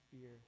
fear